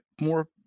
more